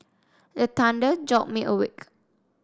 the thunder jolt me awake